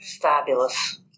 fabulous